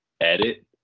edit